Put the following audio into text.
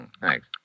Thanks